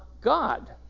God